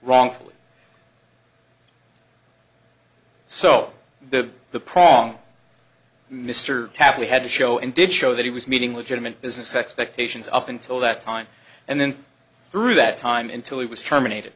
wrongfully so the the problem mr tapley had to show and did show that he was meeting legitimate business expectations up until that time and then through that time in till he was terminated